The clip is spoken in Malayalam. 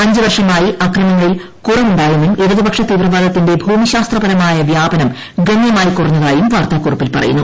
അഞ്ച് വർഷമായി അക്രമങ്ങളിൽ കുറവുണ്ടായെന്നും ഇടതുപക്ഷ തീവ്രവാദത്തിന്റെ ഭൂമിശാസ്ത്രപരമായ വ്യാപനം ഗണ്യമായി കുറഞ്ഞതായും വാർത്താക്കുറിപ്പിൽ പറയുന്നു